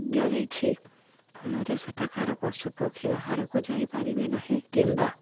ଦିଆଯାଇଛି ଫଳରେ ସେଠାକାର ପଶୁପକ୍ଷୀ ବାହାରକୁ ଯାଇପାରିବେ ନାହିଁ କିମ୍ବା